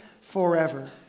forever